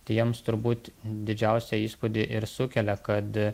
tai jiems turbūt didžiausią įspūdį ir sukelia kad